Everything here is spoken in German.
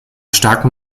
starken